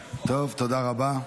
טוב, תודה רבה.